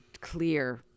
clear